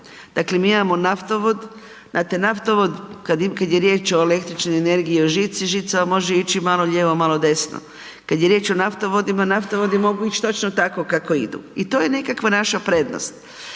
Dakle mi imamo naftovod, znate naftovod, kad je riječ o električnoj energiji, o žici, žica vam može ići malo lijevo, malo desno. Kad je riječ o naftovodima, naftovodi mogu ić točno tako kako idu i to je nekakva naša prednost.